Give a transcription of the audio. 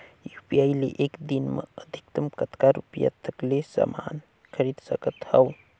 UPI ले एक दिन म अधिकतम कतका रुपिया तक ले समान खरीद सकत हवं?